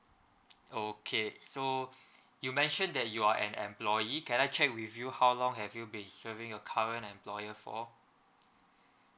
orh okay so you mentioned that you are an employee can I check with you how long have you been serving your current employer for